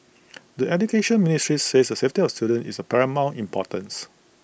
the Education Ministry says the safety of students is of paramount importance